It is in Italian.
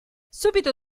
subito